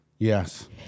Yes